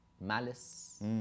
malice